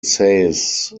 says